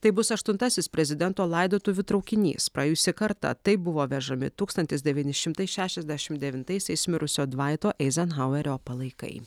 tai bus aštuntasis prezidento laidotuvių traukinys praėjusį kartą taip buvo vežami tūkstantis devyni šimtai šešiasdešimt devintaisiais mirusio dvaito eizenhauerio palaikai